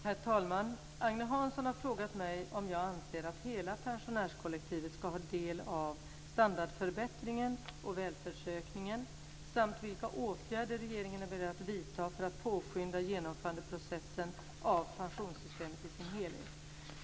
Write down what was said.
Herr talman! Agne Hansson har frågat mig om jag anser att hela pensionärskollektivet ska ha del av standardförbättringen och välfärdsökningen samt vilka åtgärder regeringen är beredd att vidtaga för att påskynda genomförandeprocessen av pensionssystemet i dess helhet.